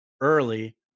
early